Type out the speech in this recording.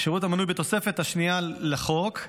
שירות המנוי בתוספת השנייה לחוק,